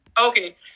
Okay